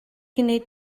gwneud